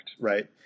right